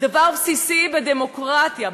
דבר בסיסי בדמוקרטיה,